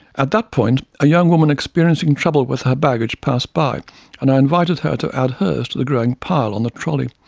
at that point a young woman experiencing trouble with her baggage passed by and i invited her to add hers to the growing pile on the trolley.